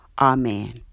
Amen